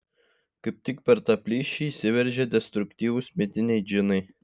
kaip tik per tą plyšį įsiveržia destruktyvūs mitiniai džinai